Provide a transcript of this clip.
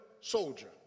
soldier